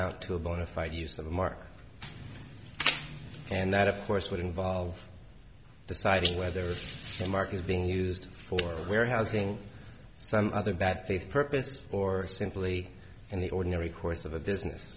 nt to a bona fide use the mark and that of course would involve deciding whether mark is being used for warehousing some other bad faith purpose or simply in the ordinary course of the business